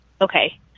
okay